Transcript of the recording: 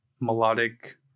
melodic